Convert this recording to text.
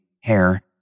hair